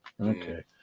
Okay